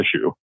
issue